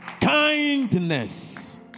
kindness